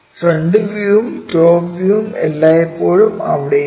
front വ്യൂവും top വ്യൂവും എല്ലായ്പ്പോഴും അവിടെയുണ്ട്